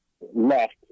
left